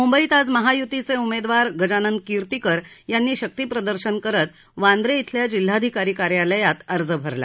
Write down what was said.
मुंबईत आज महायूतीचे उमेदवार गजानन किर्तीकर यांनी शक्ती प्रदर्शन करत वांद्र इथल्या जिल्हाधिकारी कार्यालयात अर्ज भरला